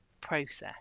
process